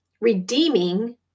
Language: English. redeeming